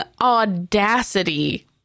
audacity